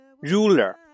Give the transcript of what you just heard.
ruler